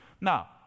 Now